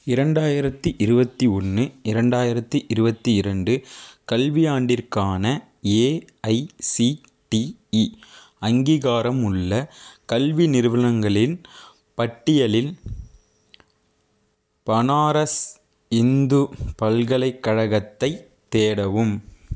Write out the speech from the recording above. இரண்டாயிரத்தி இருபத்தி ஒன்று இரண்டாயிரத்தி இருபத்தி இரண்டு கல்வியாண்டிற்கான ஏஐசிடிஇ அங்கீகாரமுள்ள கல்வி நிறுவனங்களின் பட்டியலில் பனாரஸ் இந்து பல்கலைக்கழகத்தை தேடவும்